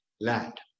land